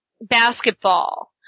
basketball